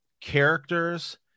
characters